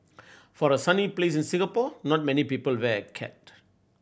for a sunny place as Singapore not many people wear a cat